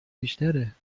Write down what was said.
بیشتره